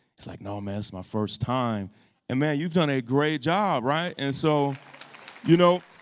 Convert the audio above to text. he's like no, man. it's my first time and man, you've done a great job, right? and so you know